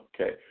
Okay